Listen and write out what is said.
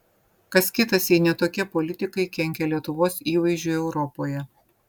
kas kitas jei ne tokie politikai kenkia lietuvos įvaizdžiui europoje